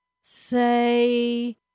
Say